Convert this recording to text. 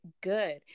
good